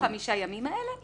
בתוך 45 ימים האלה.